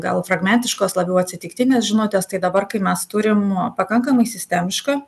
gal fragmentiškos labiau atsitiktinės žinutės tai dabar kai mes turim pakankamai sistemišką